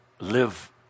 Live